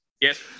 yes